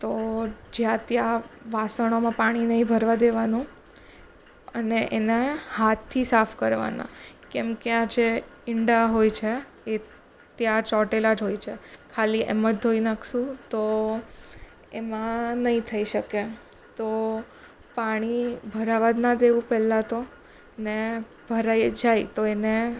તો જ્યાં ત્યાં વાસણોમાં પાણી નહીં ભરવા દેવાનું અને એના હાથથી સાફ કરવાના કેમ કે આ જે ઈંડા હોય છે એ ત્યાં ચોંટેલા જ હોય છે ખાલી એમ જ ધોઈ નાખશો તો એમાં નહીં થઈ શકે તો પાણી ભરાવવા જ ના દેવું પહેલા તો ને ભરાઈ જાય તો એને